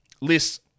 list